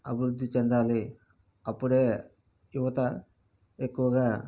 అభివృద్ధి చెందాలి అప్పుడే యువత ఎక్కువగా